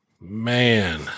Man